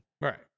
Right